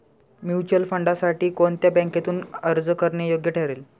Mutual फंडांसाठी कोणत्या बँकेतून अर्ज करणे योग्य ठरेल?